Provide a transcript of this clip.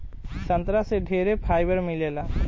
संतरा से ढेरे फाइबर मिलेला